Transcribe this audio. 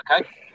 Okay